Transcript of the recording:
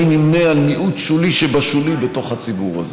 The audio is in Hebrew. אני נמנה על מיעוט שולי שבשולי בתוך הציבור הזה.